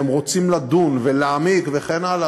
והם רוצים לדון ולהעמיק וכן הלאה,